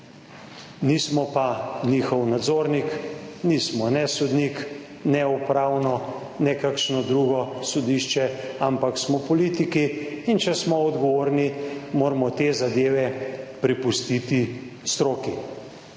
nismo pa njihov nadzornik, nismo ne sodnik ne upravno ne kakšno drugo sodišče, ampak smo politiki in če smo odgovorni, moramo te zadeve prepustiti stroki.